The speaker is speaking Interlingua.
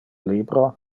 libro